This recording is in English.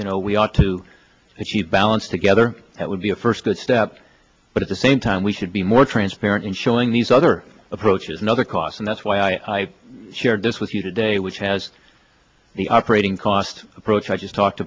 you know we ought to achieve balance together that would be a first good step but at the same time we should be more transparent in showing these other approaches another cost and that's why i shared this with you today which has the operating cost approach i just talked